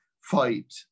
fight